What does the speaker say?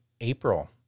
April